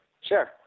sure